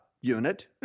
unit